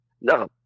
No